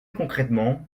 concrètement